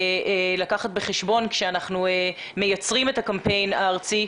לקחת בחשבון עת אנחנו מייצרים את הקמפיין הארצי.